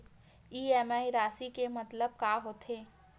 EMI राशि के मतलब का होथे?